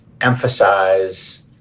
emphasize